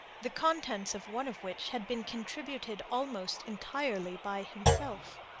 the contents of one of which had been contributed almost entirely by himself.